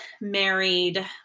married